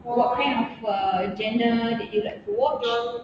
what kind of uh genre did you like to watch